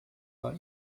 war